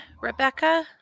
Rebecca